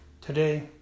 today